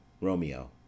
Romeo